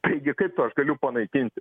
taigi kaip aš galiu panaikinti